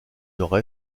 nord